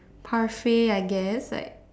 parfait I guess like